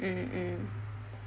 mm mm